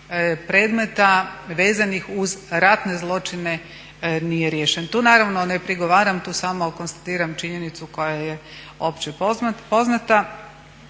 predmeta vezanih uz ratne zločine nije riješen. Tu naravno ne prigovaram, tu samo konstatiram činjenicu koja je opće poznata.